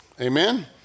Amen